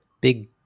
big